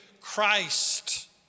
Christ